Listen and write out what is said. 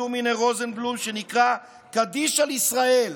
הומינר-רוזנבלום שנקרא "קדיש על ישראל",